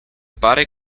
pare